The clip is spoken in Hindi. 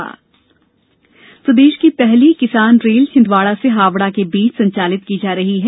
किसान रेल प्रदेश की पहली किसान रेल छिंदवाड़ा से हावड़ा के बीच संचालित की जा रही है